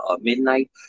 Midnight